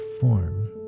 form